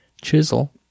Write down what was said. chisel